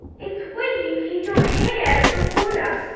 it's when you keep your head out of the water